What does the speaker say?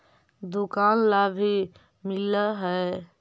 दुकान ला भी मिलहै?